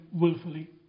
willfully